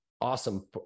awesome